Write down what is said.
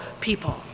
people